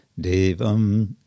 Devam